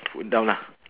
put down lah